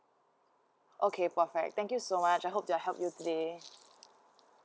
okay for fight thank you so much I hope I'd help you today